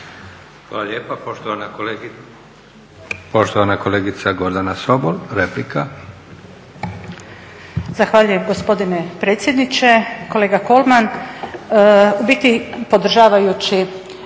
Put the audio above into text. Hvala lijepa. Poštovana kolegica Gordana Sobol, replika.